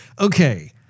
okay